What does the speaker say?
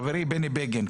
חברי בני בגין,